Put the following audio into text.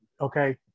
Okay